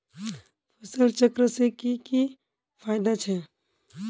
फसल चक्र से की की फायदा छे?